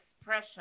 expression